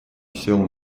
села